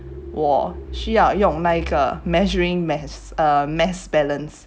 我需要用那个 measuring mass mass balance